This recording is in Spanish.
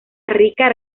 rica